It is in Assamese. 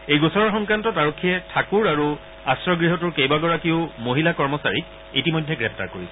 এই গোচৰৰ সংক্ৰান্তত আৰক্ষীয়ে ঠাকুৰ আৰু আশ্ৰয় গৃহটোৰ কেইবাগৰাকীও মহিলা কৰ্মচাৰীক ইতিমধ্যে গ্ৰেপ্তাৰ কৰিছে